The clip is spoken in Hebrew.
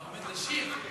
אתה עומד לשיר?